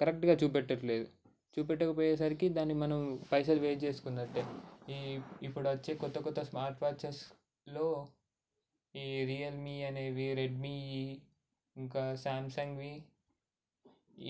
కరెక్ట్గా చూపెట్టట్లేదు చూపెట్టకు పోయేసరికి దాన్ని మనం పైసలు వేస్ట్ చేసుకున్నట్టే ఈ ఇప్పుడు వచ్చే క్రొత్త క్రొత్త స్మార్ట్ వాచెస్లో ఈ రియల్మీ అనేవి రెడ్మీ ఇంకా శాంసంగ్వి